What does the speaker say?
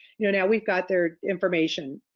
you know now we've got their information.